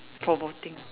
promoting